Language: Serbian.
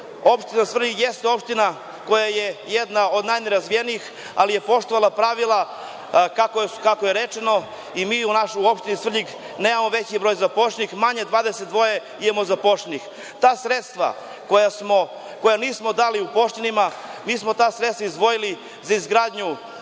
Svrljig jeste opština koja je jedna od najnerazvijenijih, ali je poštovala pravila kako je rečeno i mi u našoj opštini Svrljig nemamo veći broj zaposlenih manje 22 zaposlenih. Ta sredstva koja nismo dali za zaposlene, mi smo ta sredstva izdvojili za izgradnju